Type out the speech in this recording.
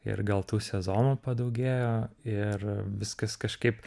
ir gal tų sezonų padaugėjo ir viskas kažkaip